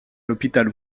l’hôpital